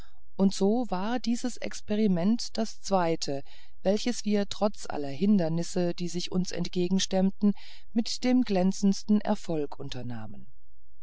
und so war dieses experiment das zweite welches wir trotz aller hindernisse die sich uns entgegenstemmten mit dem glänzendsten erfolg unternahmen